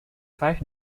five